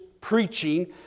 preaching